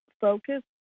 focus